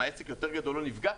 האם עסק יותר גדול לא נפגע?